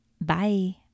Bye